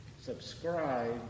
subscribe